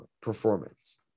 performance